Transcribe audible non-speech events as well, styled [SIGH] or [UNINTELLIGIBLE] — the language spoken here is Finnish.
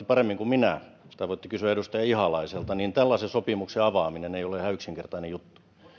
[UNINTELLIGIBLE] paremmin kuin minä tai voitte kysyä edustaja ihalaiselta niin tällaisen sopimuksen avaaminen ei ole ihan yksinkertainen juttu